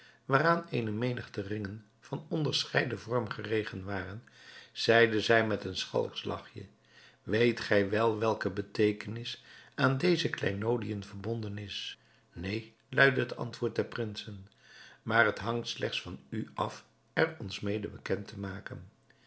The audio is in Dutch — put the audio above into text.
waaraan eene menigte ringen van onderscheiden vorm geregen waren zeide zij met een schalksch lachje weet gij wel welke beteekenis aan deze kleinodiën verbonden is neen luidde het antwoord der prinsen maar het hangt slechts van u af er ons mede bekend te maken